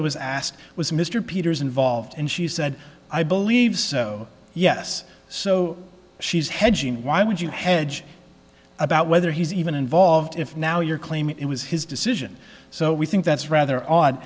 to was asked was mr peters involved and she said i believe so yes so she's hedging why would you hedge about whether he's even involved if now you're claiming it was his decision so we think that's rather odd